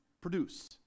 produce